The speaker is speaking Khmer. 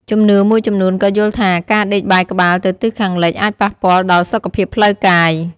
ជំនឿមួយចំនួនក៏យល់ថា ការដេកបែរក្បាលទៅទិសខាងលិចអាចប៉ះពាល់ដល់ សុខភាពផ្លូវកាយ។